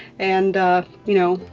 and you know,